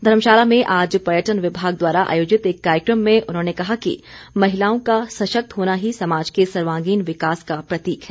धर्मशाला में आज पर्यटन विमाग द्वारा आयोजित एक कार्यक्रम में उन्होंने कहा कि महिलाओं का सशक्त होना ही समाज के सर्वागीण विकास का प्रतीक है